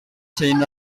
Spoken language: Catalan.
seguint